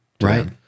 Right